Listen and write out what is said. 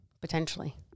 potentially